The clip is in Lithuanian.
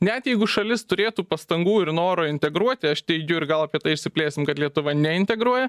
net jeigu šalis turėtų pastangų ir noro integruoti aš teigiu ir gal apie tai išsiplėsim kad lietuva neintegruoja